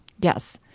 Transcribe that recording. Yes